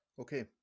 okay